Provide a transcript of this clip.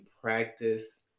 practice